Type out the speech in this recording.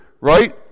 right